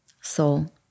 Soul